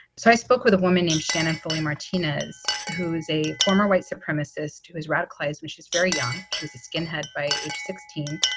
so i spoke with a woman named shannon foley martinez, who is a former white supremacist who is radicalized. she's very young. she was a skinhead by age sixteen.